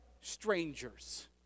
strangers